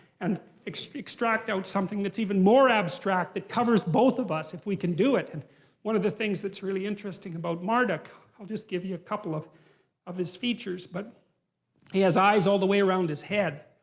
and extract extract out something that's even more abstract that covers both of us if we can do it. and one of the things that's really interesting about marduk, i'll just give you a couple of of his features. but he has eyes all the way around his head.